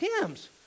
hymns